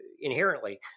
inherently